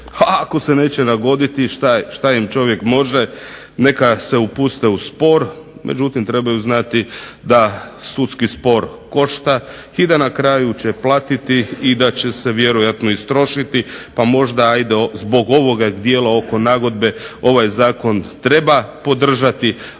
ako se neće nagoditi šta im čovjek može. Neka se upuste u spor. Međutim, trebaju znati da sudski spor košta i da na kraju će platiti i da će se vjerojatno istrošiti, pa možda hajde zbog ovoga dijela oko nagodbe ovaj Zakon treba podržati ali